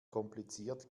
kompliziert